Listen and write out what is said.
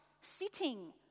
sitting